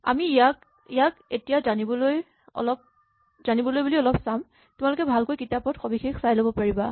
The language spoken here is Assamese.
আমি ইয়াক এতিয়া জানিবলৈ বুলি অলপ চাম তোমালোকে ভালকৈ কিতাপত সবিশেষ চাই ল'ব পাৰিবা